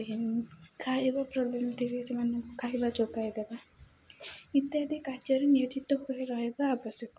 ଦେନ୍ ଖାଇବା ପ୍ରୋବ୍ଲେମ୍ ଥିଲେ ସେମାନଙ୍କୁ ଖାଇବା ଯୋଗାଇ ଦେବା ଇତ୍ୟାଦି କାର୍ଯ୍ୟରେ ନିୟୋଜିତ ହୋଇ ରହିବା ଆବଶ୍ୟକ